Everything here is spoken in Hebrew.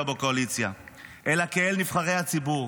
או בקואליציה אלא כאל נבחרי הציבור,